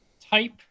type